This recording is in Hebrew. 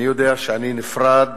אני יודע שאני נפרד